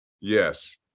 Yes